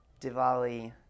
Diwali